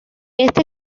este